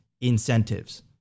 incentives